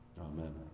Amen